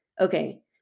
okay